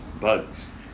bugs